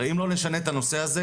הרי אם לא נשנה את הנושא הזה,